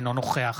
אינו נוכח